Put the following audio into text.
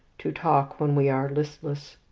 to talk when we are listless,